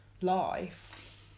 life